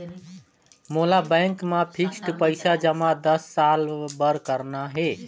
मोला बैंक मा फिक्स्ड पइसा जमा दस साल बार करना हे?